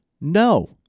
No